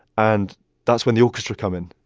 and that's when the orchestra come in.